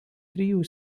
trijų